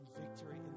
victory